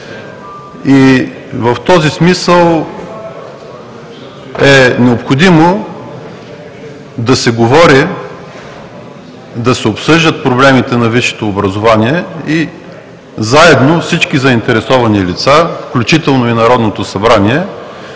В този смисъл е необходимо да се говори, да се обсъждат проблемите на висшето образование и заедно всички заинтересовани лица, включително и Народното събрание,